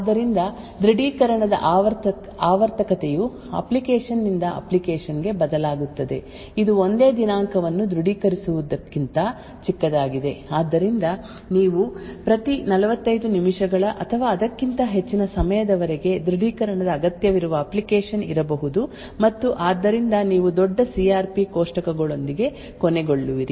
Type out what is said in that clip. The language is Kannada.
ಆದ್ದರಿಂದ ದೃಢೀಕರಣದ ಆವರ್ತಕತೆಯು ಅಪ್ಲಿಕೇಶನ್ ನಿಂದ ಅಪ್ಲಿಕೇಶನ್ ಗೆ ಬದಲಾಗುತ್ತದೆ ಇದು ಒಂದೇ ದಿನಾಂಕವನ್ನು ದೃಢೀಕರಿಸುವುದಕ್ಕಿಂತ ಚಿಕ್ಕದಾಗಿದೆ ಆದ್ದರಿಂದ ನೀವು ಪ್ರತಿ 45 ನಿಮಿಷಗಳ ಅಥವಾ ಅದಕ್ಕಿಂತ ಹೆಚ್ಚಿನ ಸಮಯದವರೆಗೆ ದೃಢೀಕರಣದ ಅಗತ್ಯವಿರುವ ಅಪ್ಲಿಕೇಶನ್ ಇರಬಹುದು ಮತ್ತು ಆದ್ದರಿಂದ ನೀವು ದೊಡ್ಡ ಸಿ ಆರ್ ಪಿ ಕೋಷ್ಟಕಗಳೊಂದಿಗೆ ಕೊನೆಗೊಳ್ಳುವಿರಿ